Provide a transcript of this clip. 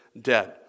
dead